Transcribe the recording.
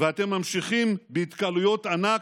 ואתם ממשיכים בהתקהלויות ענק,